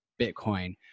Bitcoin